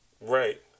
Right